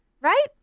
Right